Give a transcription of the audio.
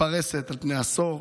מתפרסת על פני עשור.